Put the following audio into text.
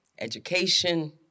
education